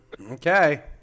Okay